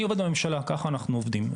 אני עובד עם הממשלה וככה אנחנו עובדים,